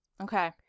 okay